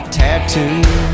tattoo